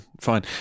fine